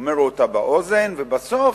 אומר אותה באוזן, ובסוף,